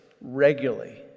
regularly